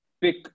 pick